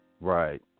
Right